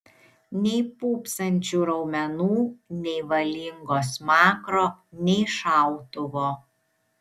nei pūpsančių raumenų nei valingo smakro nei šautuvo